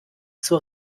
zur